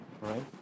right